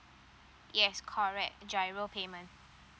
yes correct giro payment